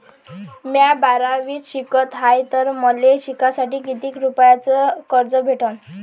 म्या बारावीत शिकत हाय तर मले शिकासाठी किती रुपयान कर्ज भेटन?